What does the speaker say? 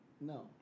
No